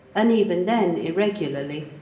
and even then irregularly,